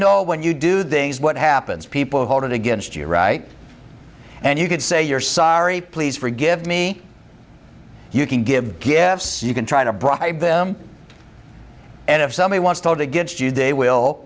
know when you do things what happens people hold it against you right and you could say you're sorry please forgive me you can give gifts you can try to bribe them and if somebody wants told against you they will